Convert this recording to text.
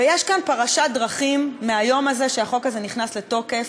ויש כאן פרשת דרכים מהיום הזה שהחוק הזה נכנס לתוקף: